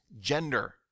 gender